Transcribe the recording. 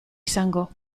izango